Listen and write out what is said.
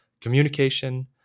communication